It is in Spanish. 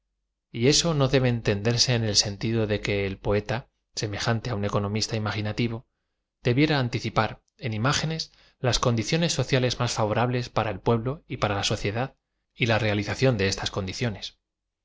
y eso no debe entenderse en el seotldo de que el poeta semejaate á ua ecoaomista im aginativo debiera anticipar en imágenes las condiciones sociales más favorables para el pueblo y para la sociedad y la realización de estas condlcíoaes